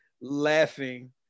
laughing